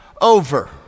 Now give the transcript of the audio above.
over